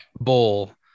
bowl